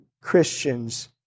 Christians